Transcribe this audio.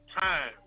time